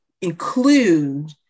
include